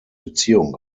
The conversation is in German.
beziehung